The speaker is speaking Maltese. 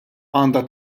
għandha